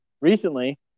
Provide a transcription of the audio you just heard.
recently